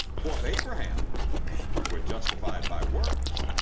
for if abraham were justified by works,